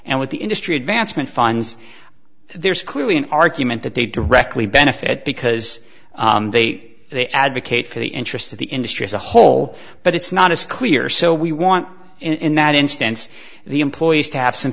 and what the industry advancement funds there's clearly an argument that they directly benefit because they they advocate for the interests of the industry as a whole but it's not as clear so we want in that instance the employees to have some